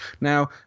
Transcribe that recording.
Now